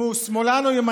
אם הוא שמאלן או ימני.